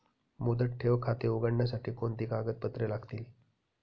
मुदत ठेव खाते उघडण्यासाठी कोणती कागदपत्रे लागतील?